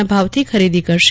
ના ભાવથી ખરીદી કરશે